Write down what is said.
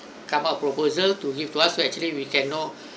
come out proposal to give to us so actually we can know